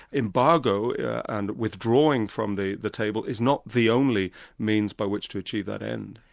embargo and withdrawing from the the table, is not the only means by which to achieve that end.